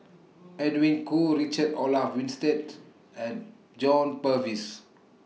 Edwin Koo Richard Olaf Winstedt and John Purvis